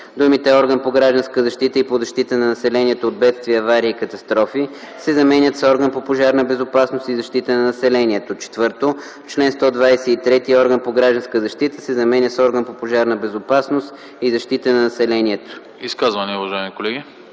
думите „орган по гражданска защита и по защита на населението от бедствия, аварии и катастрофи” се заменят с „орган по пожарна безопасност и защита на населението”. 4. В чл. 123 думите „орган по гражданска защита” се заменят с „орган по Пожарна безопасност и защита на населението”.” ПРЕДСЕДАТЕЛ